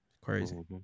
Crazy